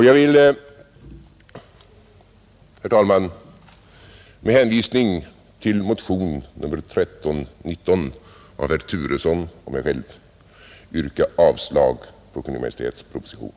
Jag vill, herr talman, med hänvisning till motionen 1319 av herr Turesson och mig själv yrka avslag på Kungl. Maj:ts proposition.